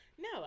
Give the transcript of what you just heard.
No